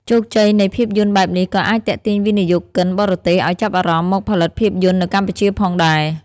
ជោគជ័យនៃភាពយន្តបែបនេះក៏អាចទាក់ទាញវិនិយោគិនបរទេសឲ្យចាប់អារម្មណ៍មកផលិតភាពយន្តនៅកម្ពុជាផងដែរ។